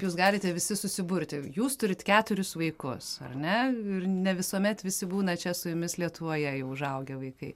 jūs galite visi susiburti jūs turit keturis vaikus ar ne ir ne visuomet visi būna čia su jumis lietuvoje jau užaugę vaikai